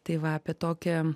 tai va apie tokį